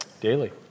Daily